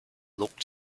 looked